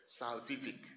Salvific